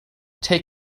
take